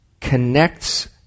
connects